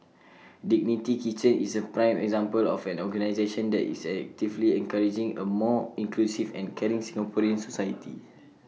dignity kitchen is A prime example of an organisation that is actively encouraging A more inclusive and caring Singaporean society